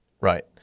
Right